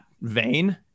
vein